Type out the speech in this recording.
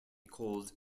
called